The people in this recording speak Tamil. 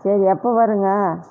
சரி எப்போ வருங்க